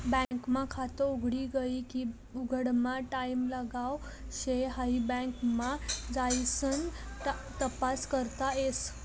bank मा खात उघडी गये की उघडामा टाईम लागाव शे हाई बँक मा जाइसन तपास करता येस